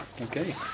Okay